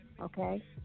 okay